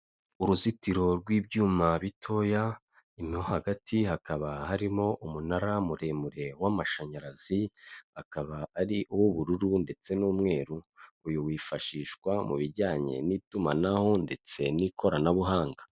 Uruzitiro rw'ibyuma bitoya no hagati hakaba harimo umunara muremure w'amashanyarazi, akaba ari uw'ubururu ndetse n'umweru, uyu wifashishwa mu bijyanye n'itumanaho ndetse n'ikoranabuhanga.